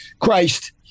Christ